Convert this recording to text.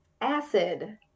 acid